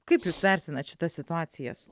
kaip jūs vertinat šitas situacijas